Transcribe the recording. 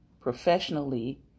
professionally